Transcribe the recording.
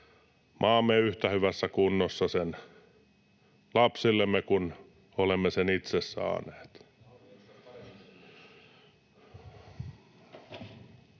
maamme yhtä hyvässä kunnossa lapsillemme kuin olemme sen itse saaneet.